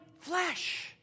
flesh